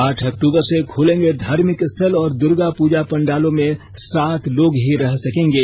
आठ अक्टूबर से खुलेंगे धार्मिक स्थल और दर्गा पूजा पंडालों में सात लोग ही रह सकेंगे